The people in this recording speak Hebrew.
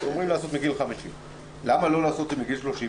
שאמורים לעשות מגיל 50. למה לא לעשות אותה מגיל 30?